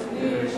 אדוני.